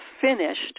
finished